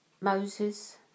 Moses